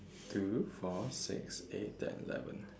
two four six eight ten eleven